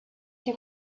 die